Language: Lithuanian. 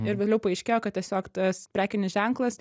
ir vėliau paaiškėjo kad tiesiog tas prekinis ženklas